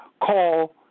call